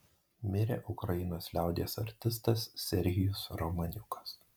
mirė ukrainos liaudies artistas serhijus romaniukas